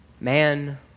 Man